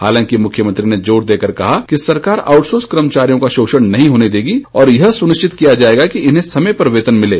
हालांकि मुख्यमंत्री ने जोर देकर कहा कि सरकार आउटसोर्स कर्मचारियों का शोषण नहीं होने देगी और यह सुनिश्चित किया जाएगा कि इन्हें समय पर वेतन मिले